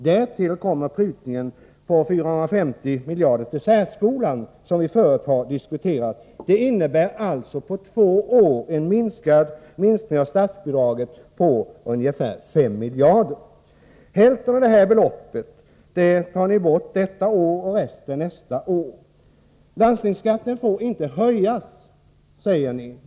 Därtill kommer prutningen på 450 milj.kr. till särskolan, som vi tidigare har diskuterat. Det innebär alltså på två år en minskning av statsbidraget med ungefär 5 miljarder kronor. Bidragen skulle minskas detta år med halva det beloppet. Nästa år skulle resterande bidragsbelopp försvinna.